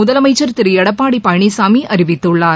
முதலமைச்சர் திரு எடப்பாடி பழனிசாமி அறிவித்துள்ளார்